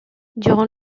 durant